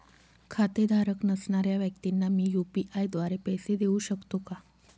खातेधारक नसणाऱ्या व्यक्तींना मी यू.पी.आय द्वारे पैसे देऊ शकतो का?